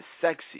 sexy